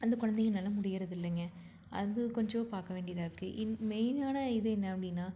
அந்த கொழந்தைங்கனால முடிகிறதில்லைங்க அது கொஞ்சம் பார்க்க வேண்டியதாக இருக்குது இன் மெயினான இது என்ன அப்படின்னா